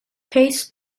pace